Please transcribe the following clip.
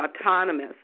autonomous